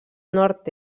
nord